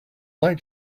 like